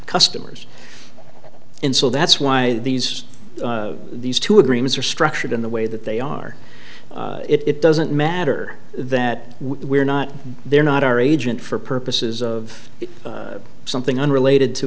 customers and so that's why these these two agreements are structured in the way that they are it doesn't matter that we're not there not our agent for purposes of something unrelated to